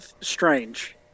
Strange